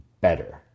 better